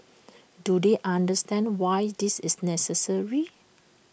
do they understand why this is necessary